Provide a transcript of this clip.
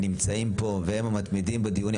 נמצאים פה והם המתמידים בדיונים.